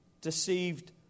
deceived